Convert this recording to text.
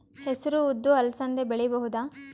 ಹೆಸರು ಉದ್ದು ಅಲಸಂದೆ ಬೆಳೆಯಬಹುದಾ?